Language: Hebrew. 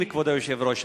כבוד היושב-ראש,